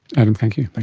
adam, thank you. like